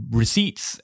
receipts